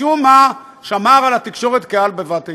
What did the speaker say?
משום מה, שמר על התקשורת כעל בבת עינו.